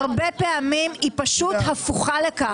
הרבה פעמים היא פשוט הפוכה לכך.